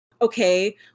Okay